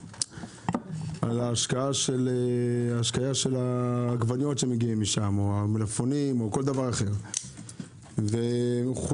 על ההשקיה של העגבניות או המלפפונים שמגיעים משם או כל דבר אחר.